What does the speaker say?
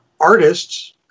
artists